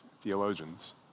theologians